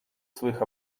своих